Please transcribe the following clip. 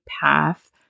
path